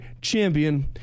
Champion